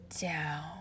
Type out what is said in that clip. down